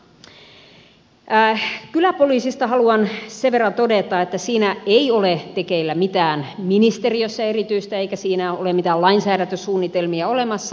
kyläpoliisista haluan sen verran todeta että siinä ei ole tekeillä ministeriössä mitään erityistä eikä siinä ole mitään lainsäädäntösuunnitelmia olemassa